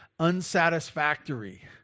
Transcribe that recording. unsatisfactory